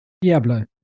Diablo